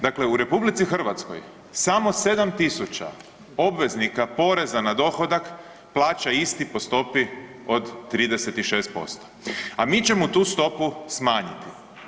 Dakle u RH samo 7 tisuća obveznika poreza na dohodak plaća isti po stopi od 36%, a mi ćemo tu stopu smanjiti.